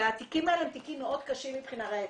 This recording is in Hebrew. התיקים האלה הם תיקים מאוד קשים מבחינה ראייתית.